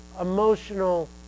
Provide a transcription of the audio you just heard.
emotional